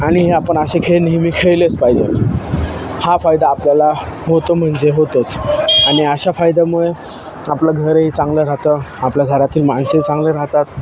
आणि हे आपण असे खेळ नेहमी खेळलेच पाहिजे हा फायदा आपल्याला होतो म्हणजे होतोच आणि अशा फायद्यामुळे आपलं घरही चांगलं राहतं आपल्या घरातील माणसेही चांगलं राहतात